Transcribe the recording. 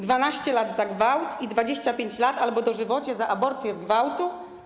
12 lat za gwałt i 25 lat albo dożywocie za aborcję z gwałtu?